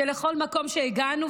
שבכל מקום שהגענו,